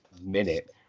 minute